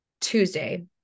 Tuesday